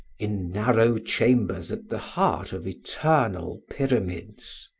in narrow chambers at the heart of eternal pyramids.